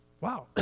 Wow